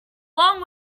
long